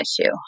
issue